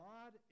God